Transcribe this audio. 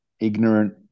ignorant